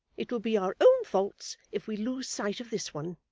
it will be our own faults if we lose sight of this one